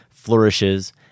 flourishes